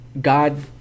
God